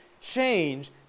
change